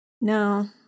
No